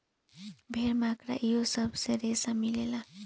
भेड़, मकड़ा इहो सब से रेसा मिलेला